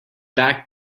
back